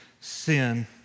sin